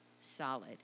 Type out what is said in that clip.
solid